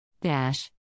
Dash